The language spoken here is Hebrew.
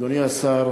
אדוני השר,